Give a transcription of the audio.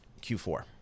q4